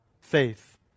faith